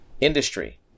industry